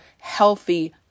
healthy